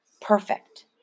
perfect